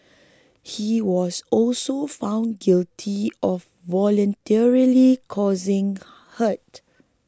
he was also found guilty of voluntarily causing hurt